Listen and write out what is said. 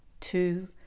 two